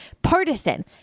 Partisan